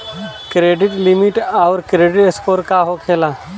Credit limit आउर credit score का होखेला?